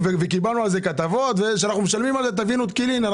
קיבלנו על זה כתבות ואנחנו בעצם משלמים על הרכבים האלה טבין ותקילין.